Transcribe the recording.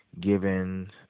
given